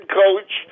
coach